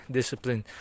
discipline